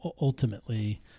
ultimately